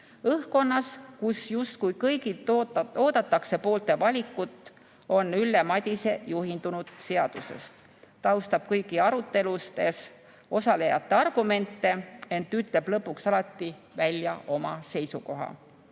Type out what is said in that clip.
Õhkkonnas, kus justkui kõigilt oodatakse poole valimist, on Ülle Madise juhindunud seadusest. Ta austab kõigi aruteludes osalejate argumente, ent ütleb lõpuks alati välja oma seisukoha